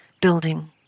building